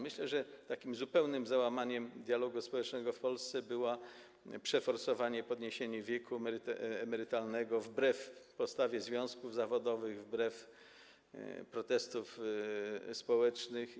Myślę, że takim zupełnym załamaniem dialogu społecznego w Polsce było przeforsowanie podniesienia wieku emerytalnego wbrew postawie związków zawodowych, wbrew protestom społecznym.